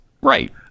right